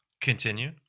continue